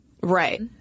Right